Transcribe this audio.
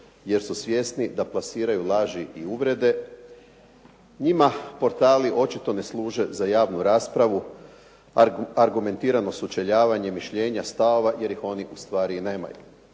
jer su svjesni da plasiraju laži i uvrede. Njima portali očito ne služe za javnu raspravu, argumentirano sučeljavanje mišljenja, stavova, jer ih oni ustvari i nemaju.